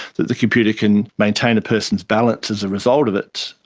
that the computer can maintain a person's balance as a result of it.